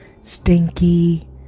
stinky